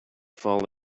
fall